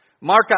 Mark